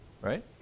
right